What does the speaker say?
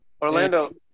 orlando